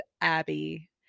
Abby